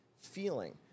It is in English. feeling